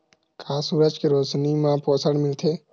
का सूरज के रोशनी म पोषण मिलथे?